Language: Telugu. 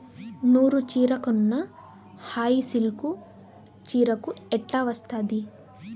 నూరు చీరకున్న హాయి సిల్కు చీరకు ఎట్టా వస్తాది